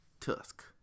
Tusk